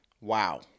Wow